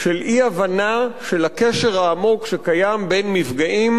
של אי-הבנה של הקשר העמוק שקיים בין מפגעים